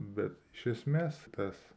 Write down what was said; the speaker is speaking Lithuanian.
bet iš esmės tas